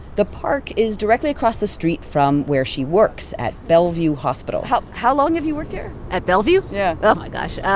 the park is directly across the street from where she works at bellevue hospital how how long have you worked here? at bellevue? yeah oh, my gosh. yeah